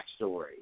backstory